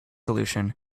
solution